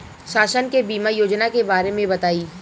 शासन के बीमा योजना के बारे में बताईं?